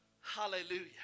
Hallelujah